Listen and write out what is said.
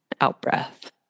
out-breath